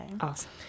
awesome